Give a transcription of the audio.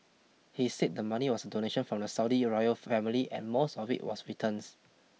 he said the money was a donation from the Saudi royal family and most of it was returns